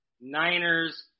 Niners